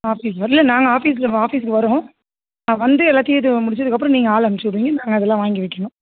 office இல்லை நாங்கள் ஆஃபீஸில் ஆஃபீஸ்க்கு வரோம் வந்து எல்லாத்தையும் இதை முடித்ததுக்கு அப்புறோம் நீங்கள் ஆள் அனுச்சி விடுவிங்க நாங்கள் அதெல்லாம் வாங்கி வைக்கணும்